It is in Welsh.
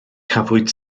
cafwyd